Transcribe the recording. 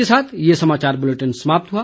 इसी के साथ ये समाचार बुलेटिन समाप्त हुआ